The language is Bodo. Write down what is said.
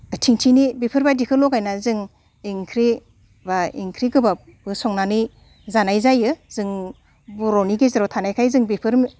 थिंथिनि बेफोरबायदिखो लगायना जों इंख्रि बा इंख्रि गोबाबबो संनानै जानाय जायो जों बर'नि गेजेराव थानायखाय बेफोर